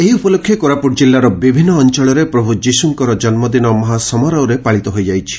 ଏହି ଉପଲକ୍ଷେ କୋରାପୁଟ ଜିଲ୍ଲାର ବିଭିନ୍ନ ଅଞ୍ଞଳରେ ପ୍ରଭୁ ଯୀଶୁଙ୍କ ଜନ୍ମଦିନ ମହା ସମାରୋହରେ ପାଳିତ ହୋଇଯାଇଛି